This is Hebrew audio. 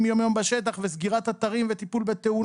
יום-יום בשטח וסגירת אתרים וטיפול בתאונות.